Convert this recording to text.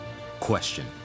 Question